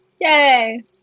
Yay